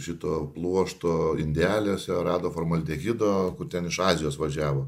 šito pluošto indeliuose rado formaldehido kur ten iš azijos važiavo